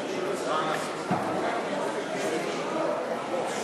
התכנון והבנייה (תיקון מס'